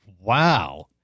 Wow